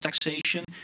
taxation